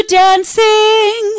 dancing